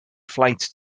flights